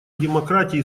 демократии